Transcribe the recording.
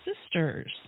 Sisters